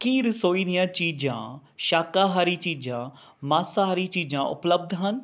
ਕੀ ਰਸੋਈ ਦੀਆਂ ਚੀਜ਼ਾਂ ਸ਼ਾਕਾਹਾਰੀ ਚੀਜ਼ਾਂ ਮਾਸਾਹਾਰੀ ਚੀਜ਼ਾਂ ਉਪਲਬਧ ਹਨ